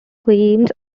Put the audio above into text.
games